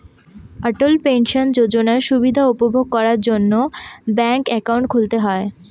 অটল pension যোজনার সুবিধা উপভোগ করার জন্য ব্যাঙ্ক একাউন্ট খুলতে হয়